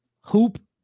Hoop